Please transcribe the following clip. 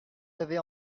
avez